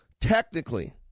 technically